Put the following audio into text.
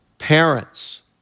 Parents